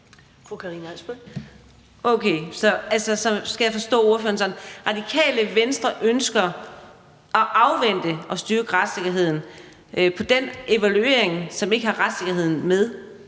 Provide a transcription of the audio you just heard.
Radikale Venstre ønsker at vente med at styrke retssikkerheden, til de får den evaluering, som ikke har retssikkerheden med,